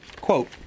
Quote